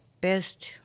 best